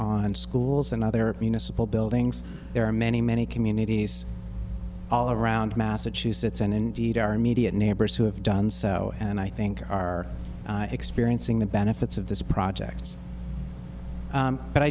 on schools and other municipal buildings there are many many communities all around massachusetts and indeed our immediate neighbors who have done so and i think are experiencing the benefits of this project but i